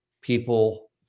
people